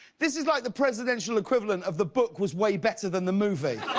this is like the presidential equivalent of the book was way better than the movie.